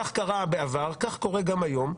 כך קרה בעבר, כך קורה גם היום.